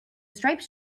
striped